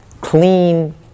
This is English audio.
clean